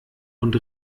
und